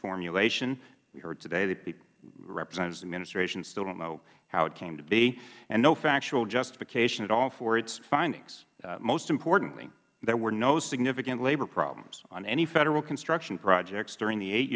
formulationh we heard today that the representatives of the administration still don't know how it came to be and no factual justification at all for its findings most importantly there were no significant labor problems on any federal construction projects during the